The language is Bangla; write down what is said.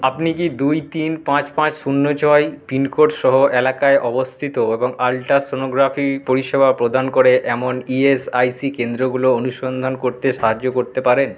আপনি কি দুই তিন পাঁচ পাঁচ শূন্য ছয় পিনকোড সহ এলাকায় অবস্থিত এবং আল্ট্রাসোনোগ্রাফি পরিষেবা প্রদান করে এমন ইএসআইসি কেন্দ্রগুলো অনুসন্ধান করতে সাহায্য করতে পারেন